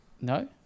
no